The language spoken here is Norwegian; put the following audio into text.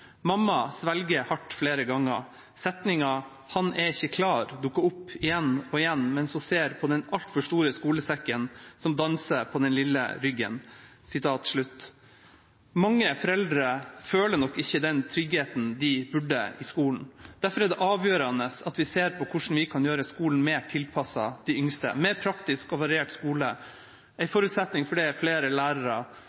Mamma svelger hardt flere ganger. Setningen «han er ikke klar» dukker opp igjen og igjen mens hun ser på den altfor store skolesekken som danser på den lille ryggen.» Mange foreldre føler nok ikke den tryggheten de burde, i skolen. Derfor er det avgjørende at vi ser på hvordan vi kan gjøre skolen mer tilpasset de yngste, en mer praktisk og variert skole.